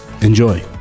Enjoy